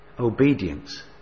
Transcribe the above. Obedience